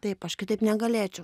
taip aš kitaip negalėčiau